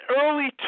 early